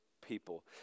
people